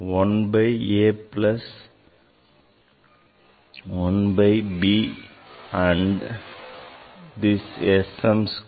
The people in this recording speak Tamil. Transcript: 1 by a plus 1 by b and this S m square